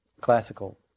classical